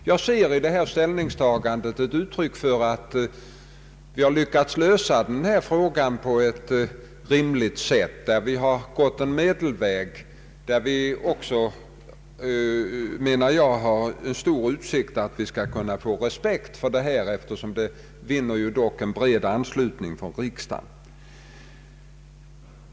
Jag ser i det ställningstagandet ett uttryck för att vi har lyckats lösa denna fråga på ett rim ligt sätt. Vi har gått en medelväg, där vi också har stor utsikt att få respekt för våra förslag, eftersom det dock vinner bred anslutning från riksdagen.